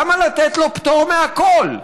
למה לתת לו פטור מהכול?